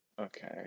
Okay